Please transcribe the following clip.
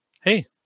hey